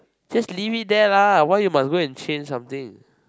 just leave it there lah why you must go and change something